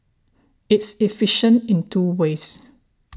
it's efficient in two ways